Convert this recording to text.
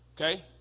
Okay